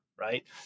right